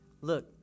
look